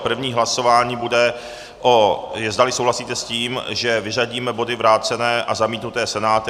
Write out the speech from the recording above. První hlasování bude, zdali souhlasíte s tím, že vyřadíme body vrácené a zamítnuté Senátem.